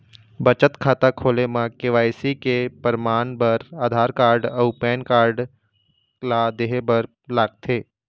बचत खाता खोले म के.वाइ.सी के परमाण बर आधार कार्ड अउ पैन कार्ड ला देहे बर लागथे